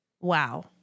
Wow